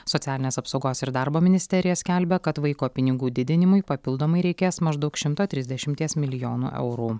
socialinės apsaugos ir darbo ministerija skelbia kad vaiko pinigų didinimui papildomai reikės maždaug šimto trisdešimties milijono eurų